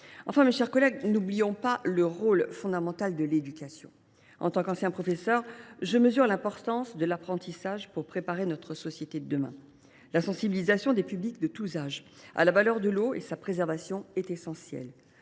Enfin, mes chers collègues, n’oublions pas le rôle fondamental de l’éducation. En tant qu’ancien professeur, je mesure l’importance de l’apprentissage pour préparer notre société de demain. La sensibilisation des publics de tous âges à la valeur de l’eau et à sa préservation est essentielle.